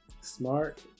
smart